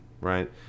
right